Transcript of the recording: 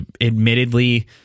admittedly